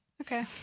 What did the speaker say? Okay